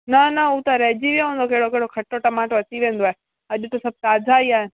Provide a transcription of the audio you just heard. न न हू त रहिजी वियो हूंदो कहिड़ो कहिड़ो खटो टमाटो अची वेंदो आहे अॼु त सभु ताज़ा ई आहिनि